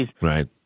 Right